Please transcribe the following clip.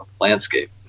landscape